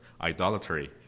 idolatry